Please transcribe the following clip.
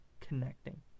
connecting